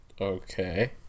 Okay